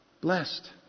Blessed